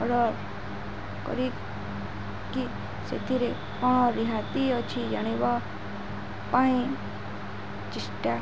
order କରି କି ସେଥିରେ କ'ଣ ରିହାତି ଅଛି ଜାଣିବା ପାଇଁ ଚେଷ୍ଟା